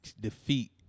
defeat